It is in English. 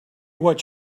what